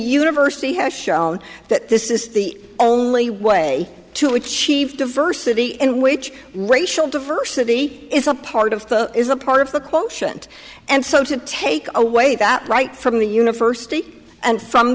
university has shown that this is the only way to achieve diversity in which racial diversity is a part of is a part of the quotient and so to take away that right from the university and